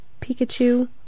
Pikachu